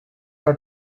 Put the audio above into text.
are